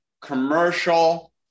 commercial